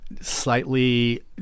slightly